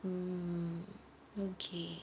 mm okay